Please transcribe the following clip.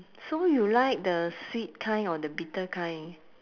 so you like the sweet kind or the bitter kind